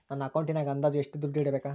ನನ್ನ ಅಕೌಂಟಿನಾಗ ಅಂದಾಜು ಎಷ್ಟು ದುಡ್ಡು ಇಡಬೇಕಾ?